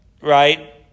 right